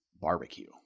barbecue